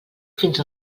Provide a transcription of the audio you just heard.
fins